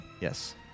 Yes